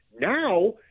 Now